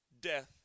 death